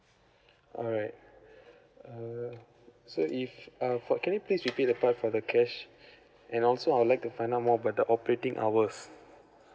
alright uh so if uh what can you please repeat the part for the cash and also I would like to find out more about the operating hours